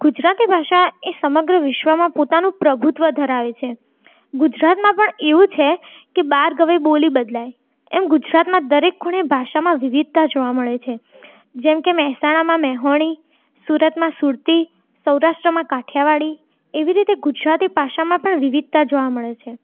ગુજરાતી ભાષા એ સમગ્ર વિશ્વમાં પોતાનું પ્રભુત્વ ધરાવે છે ગુજરાતમાં પણ એવું છે કે બાર ગાઉએ બોલી બદલાય એમ ગુજરાતમાં દરેક ખૂણે ભાષામાં વિવિધતા જોવા મળે છે જેમ કે મહેસાણામાં મેહોણી સુરતમાં સુરતી સૌરાષ્ટ્રમાં કાઠિયાવાડી એવી રીતે ગુજરાતી ભાષામાં પણ વિવિધતા જોવા મળે છે